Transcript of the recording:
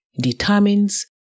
determines